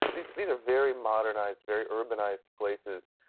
these these are very modernised, very urbanised places,